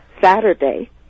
Saturday